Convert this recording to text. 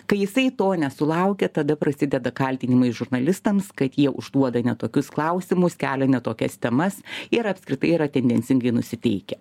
kai jisai to nesulaukia tada prasideda kaltinimai žurnalistams kad jie užduoda ne tokius klausimus kelia ne tokias temas ir apskritai yra tendencingai nusiteikę